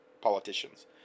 politicians